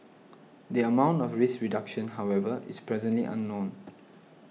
the amount of risk reduction however is presently unknown